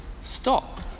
Stop